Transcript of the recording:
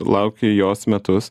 lauki jos metus